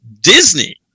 Disney